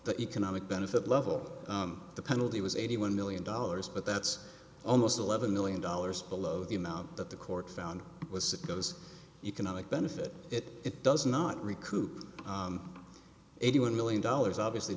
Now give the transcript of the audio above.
the economic benefit level the penalty was eighty one million dollars but that's almost eleven million dollars below the amount that the court found was suppose economic benefit it does not recruit eighty one million dollars obviously